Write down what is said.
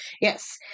yes